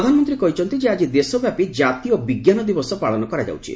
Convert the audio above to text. ପ୍ରଧାନମନ୍ତ୍ରୀ କହିଛନ୍ତି ଯେ ଆଜି ଦେଶବ୍ୟାପୀ ଜାତୀୟ ବିଜ୍ଞାନ ଦିବସ ପାଳନ କରାଯାଉଛି